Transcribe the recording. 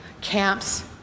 camps